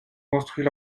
construit